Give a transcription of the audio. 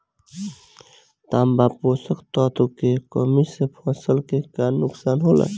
तांबा पोषक तत्व के कमी से फसल के का नुकसान होला?